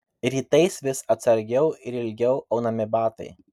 rytais vis atsargiau ir ilgiau aunami batai